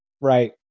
Right